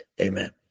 Amen